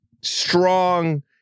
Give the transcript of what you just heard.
strong